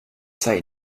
say